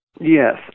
Yes